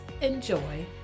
enjoy